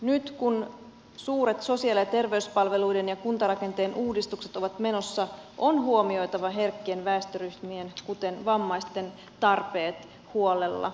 nyt kun suuret sosiaali ja terveyspalveluiden ja kuntarakenteen uudistukset ovat menossa on huomioitava herkkien väestöryhmien kuten vammaisten tarpeet huolella